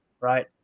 Right